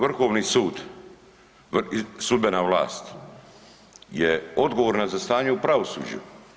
Vrhovni sud, sudbena vlast je odgovorna za stanje u pravosuđu.